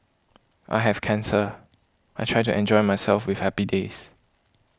I have cancer I try to enjoy myself with happy days